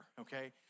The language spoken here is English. okay